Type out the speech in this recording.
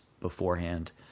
beforehand